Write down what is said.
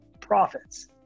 profits